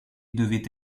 devait